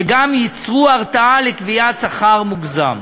שגם ייצרו הרתעה מקביעת שכר מוגזם.